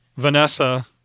Vanessa